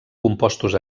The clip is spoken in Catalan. compostos